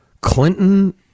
Clinton